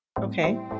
Okay